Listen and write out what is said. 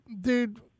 dude